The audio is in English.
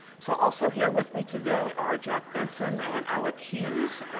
so also here with me today are jack benson and alec hughes,